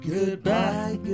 Goodbye